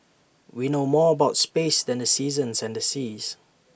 we know more about space than the seasons and the seas